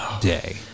day